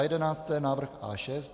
11. Návrh A6.